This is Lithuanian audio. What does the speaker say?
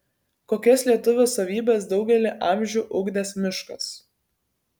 kokias lietuvio savybes daugelį amžių ugdęs miškas